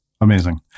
amazing